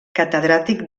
catedràtic